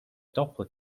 doppler